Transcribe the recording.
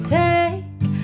take